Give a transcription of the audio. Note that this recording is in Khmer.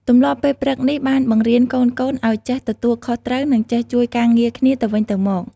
ទម្លាប់ពេលព្រឹកនេះបានបង្រៀនកូនៗឲ្យចេះទទួលខុសត្រូវ និងចេះជួយការងារគ្នាទៅវិញទៅមក។